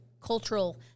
cultural